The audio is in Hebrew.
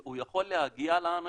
הוא יכול להגיע לאנשים?